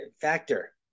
Factor